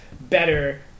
better